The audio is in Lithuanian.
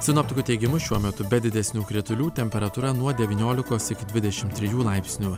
sinoptikų teigimu šiuo metu be didesnių kritulių temperatūra nuo devyniolikos iki dvidešim trijų laipsnių